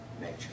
nature